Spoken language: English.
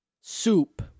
soup